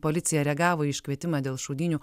policija reagavo į iškvietimą dėl šaudynių